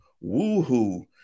Woo-hoo